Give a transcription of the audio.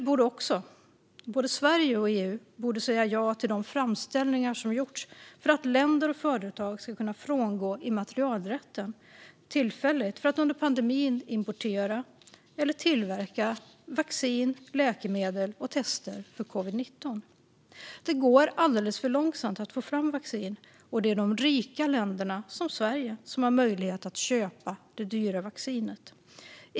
Både Sverige och EU borde säga ja till de framställningar som gjorts om att länder och företag ska kunna frångå immaterialrätten tillfälligt för att under pandemin importera eller tillverka vaccin, läkemedel och tester för covid-19. Det går alldeles för långsamt att få fram vaccin, och det är de rika länderna, som Sverige, som har möjlighet att köpa det dyra vaccinet.